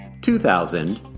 2000